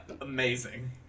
amazing